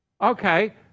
okay